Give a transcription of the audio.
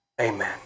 Amen